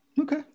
Okay